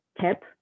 tip